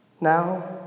now